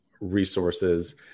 resources